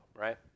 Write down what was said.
right